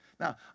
Now